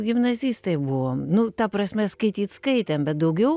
gimnazistai buvom nu ta prasme skaityt skaitėm bet daugiau